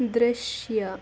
ದೃಶ್ಯ